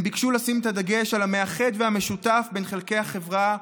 הם ביקשו לשים את הדגש על המאחד והמשותף בין חלקי החברה,